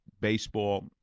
baseball